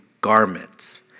garments